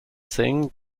thing